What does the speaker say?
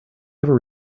ever